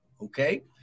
okay